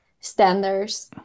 standards